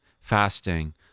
fasting